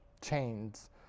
chains